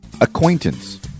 Acquaintance